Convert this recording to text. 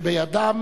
שבידם